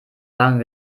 lange